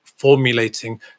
formulating